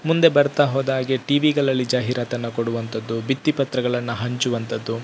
ಮುಂದೆ ಬರ್ತಾ ಹೋದ್ಹಾಗೆ ಟಿವಿಗಳಲ್ಲಿ ಜಾಹೀರಾತನ್ನು ಕೊಡುವಂತದ್ದು ಭಿತ್ತಿ ಪತ್ರಗಳನ್ನು ಹಂಚುವಂತದ್ದು